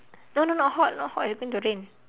no no not hot not hot it's going to rain